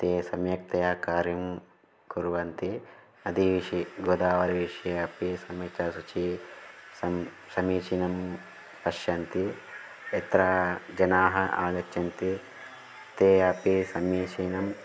ते सम्यक्तया कार्यं कुर्वन्ति नदी विषये गोदावरी विषये अपि सम्यक्ता शुचिः सं समीचीनं पश्यन्ति यत्र जनाः आगच्छन्ति ते अपि समीचीनं